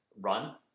run